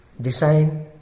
design